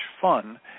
fun